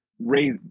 raise